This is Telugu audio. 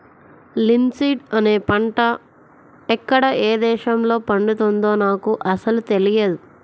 లిన్సీడ్ అనే పంట ఎక్కడ ఏ దేశంలో పండుతుందో నాకు అసలు తెలియదు